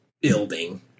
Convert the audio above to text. building